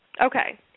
okay